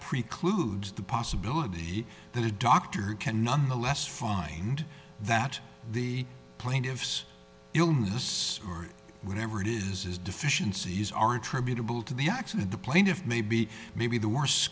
precludes the possibility that a doctor cannot molest find that the plaintiff's illness or whatever it is his deficiencies are attributable to the accident the plaintiff may be maybe the worst